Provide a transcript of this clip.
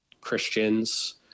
Christians